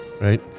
right